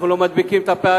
אנחנו לא מדביקים את הפערים.